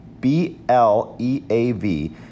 B-L-E-A-V